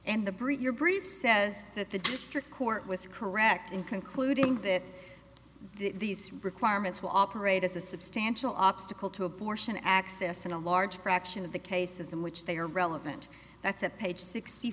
and the breach your brief says that the district court was correct in concluding that these requirements will operate as a substantial obstacle to abortion access and a large fraction of the cases in which they are relevant that's at page sixty